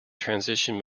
transition